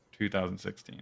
2016